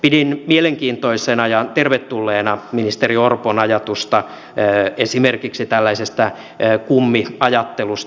pidin mielenkiintoisena ja tervetulleena ministeri orpon ajatusta esimerkiksi tällaisesta kummiajattelusta